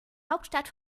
hauptstadt